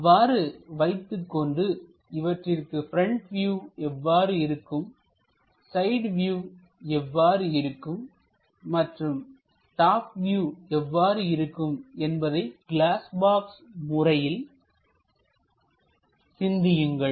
அவ்வாறு வைத்துக் கொண்டு இவற்றிற்கு ப்ரெண்ட் வியூ எவ்வாறு இருக்கும் சைடு வியூ எவ்வாறு இருக்கும் மற்றும் டாப் வியூ எவ்வாறு இருக்கும் என்பதை கிளாஸ் பாக்ஸ் முறையில் சிந்தியுங்கள்